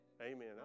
amen